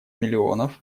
миллионов